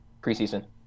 preseason